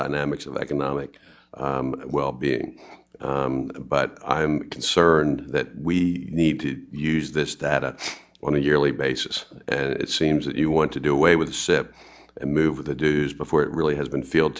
dynamics of economic well being but i'm concerned that we need to use this data on a yearly basis and it seems that you want to do away with it and move the dues before it really has been field